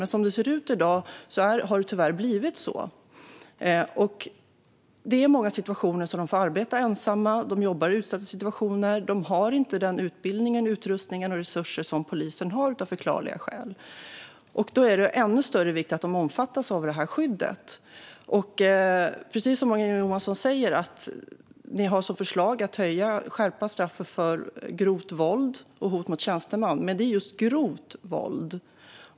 Men i dag har det tyvärr blivit på det sättet. De får också arbeta ensamma i många situationer. De jobbar i utsatta situationer. De har av förklarliga skäl inte den utbildning, den utrustning och de resurser som polisen har. Då är det av ännu större vikt att de omfattas av skyddet. Morgan Johansson säger att regeringen har som förslag att skärpa straffet för grovt våld och hot mot tjänsteman. Men det gäller just grovt våld.